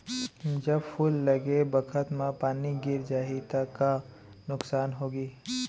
जब फूल लगे बखत म पानी गिर जाही त का नुकसान होगी?